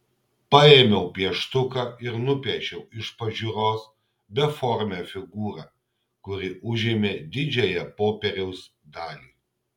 paėmiau pieštuką ir nupiešiau iš pažiūros beformę figūrą kuri užėmė didžiąją popieriaus dalį